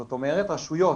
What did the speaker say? זאת אומרת רשויות